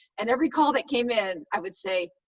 and every call that came in, i would say,